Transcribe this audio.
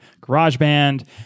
GarageBand